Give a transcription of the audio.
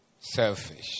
Selfish